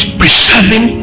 preserving